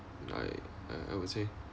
I I would say